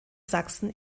sachsen